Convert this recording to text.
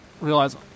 realize